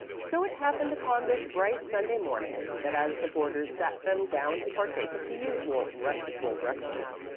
so it happened upon this bright sunday morning that as the boarders sat them down to partake of the usual restful breakfast,